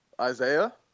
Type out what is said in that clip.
Isaiah